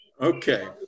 Okay